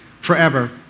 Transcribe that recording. forever